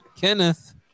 Kenneth